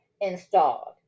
installed